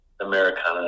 Americana